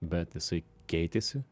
bet jisai keitėsi